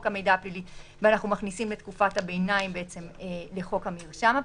המידע הפלילי ואנחנו מכניסים את תקופת הביניים לחוק המרשם הפלילי.